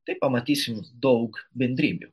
tai pamatysim daug bendrybių